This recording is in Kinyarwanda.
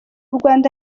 rwanda